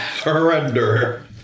Surrender